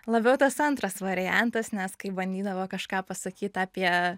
labiau tas antras variantas nes kai bandydavo kažką pasakyt apie